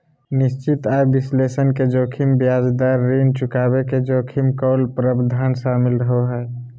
निश्चित आय विश्लेषण मे जोखिम ब्याज दर, ऋण चुकाबे के जोखिम, कॉल प्रावधान शामिल रहो हय